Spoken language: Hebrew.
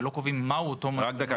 בלי לקבוע מהו אותו מנגנון --- רגע,